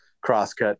crosscut